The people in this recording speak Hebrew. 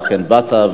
ואכן באת.